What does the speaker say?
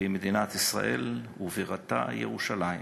והיא מדינת ישראל ובירתה ירושלים,